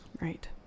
Right